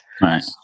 Right